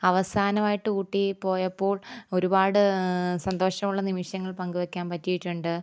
അവസാനമായിട്ട് ഊട്ടിയിൽ പോയപ്പോൾ ഒരുപാട് സന്തോഷമുള്ള നിമിഷങ്ങൾ പങ്കുവെയ്ക്കാൻ പറ്റിയിട്ടുണ്ട്